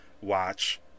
watch